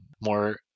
more